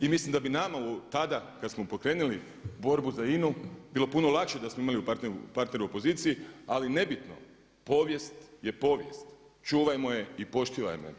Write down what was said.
I mislim da bi nama tada kad smo pokrenuli borbu za INA-u bilo puno lakše da smo imali partnera u opoziciji ali ne bitno povijest je povijest čuvajmo je i poštivajmo je.